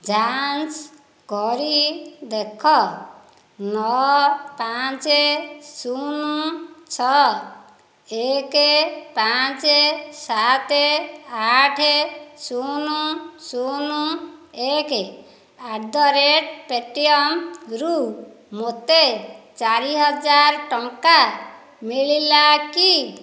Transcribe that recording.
ଯାଞ୍ଚ କରି ଦେଖ ନଅ ପାଞ୍ଚ ଶୂନ ଛଅ ଏକ ପାଞ୍ଚ ସାତ ଆଠ ଶୂନ ଶୂନ ଏକ ଆଟ୍ ଦ ରେଟ୍ ପେଟିଏମ୍ରୁ ମୋତେ ଚାରି ହଜାର ଟଙ୍କା ମିଳିଲା କି